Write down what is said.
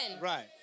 Right